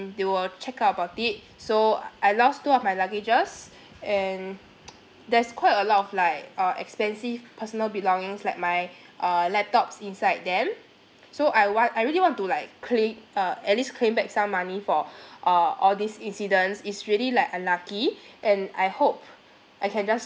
they will check out about it so I lost two of my luggage's and there's quite a lot of like uh expensive personal belongings like my uh laptops inside them so I want I really want to like uh at least claim back some money for uh all these incidents it's really like unlucky and I hope I can just